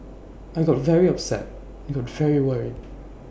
I got very upset I got very worried